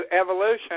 evolution